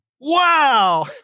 wow